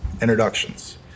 introductions